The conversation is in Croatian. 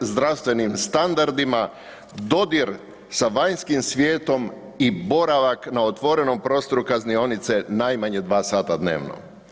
zdravstvenim standardima, dodir sa vanjskim svijetom i boravak na otvorenom prostoru kaznionice najmanje 2 h dnevno.